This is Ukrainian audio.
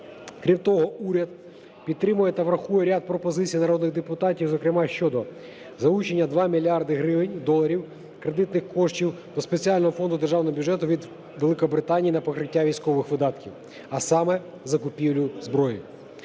Крім того, уряд підтримує та врахує ряд пропозицій народних депутатів, зокрема щодо залучення 2 мільярди гривень... доларів кредитних коштів до спеціального фонду державного бюджету від Великобританії на покриття військових видатків, а саме закупівлю зброї.